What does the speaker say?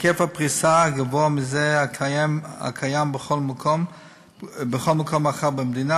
היקף הפריסה גבוה מזה הקיים בכל מקום אחר במדינה,